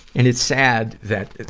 and it's sad that,